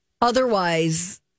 Otherwise